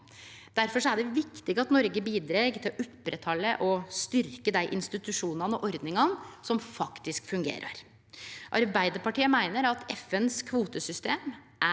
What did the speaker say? Difor er det viktig at Noreg bidreg til å oppretthalde og styrkje dei institusjonane og ordningane som faktisk fungerer. Arbeidarpartiet meiner at FNs kvotesystem er